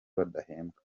badahembwa